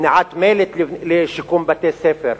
במניעת מלט לשיקום בתי-ספר,